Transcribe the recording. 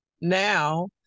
now